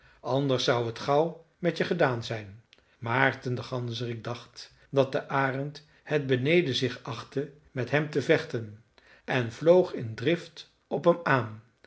anders zou t gauw met je gedaan zijn maarten de ganzerik dacht dat de arend het beneden zich achtte met hem te vechten en vloog in drift op hem aan